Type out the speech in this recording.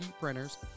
printers